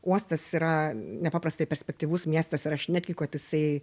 uostas yra nepaprastai perspektyvus miestas ir aš netikiu kad jisai